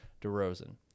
DeRozan